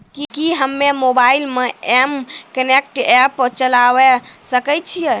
कि हम्मे मोबाइल मे एम कनेक्ट एप्प चलाबय सकै छियै?